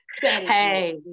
Hey